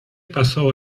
pasó